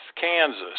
Kansas